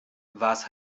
was